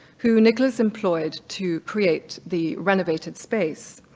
who nicholas employed to create the renovated space.